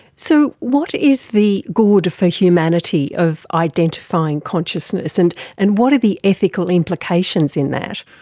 so what is the good for humanity of identifying consciousness, and and what are the ethical implications in that?